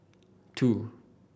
two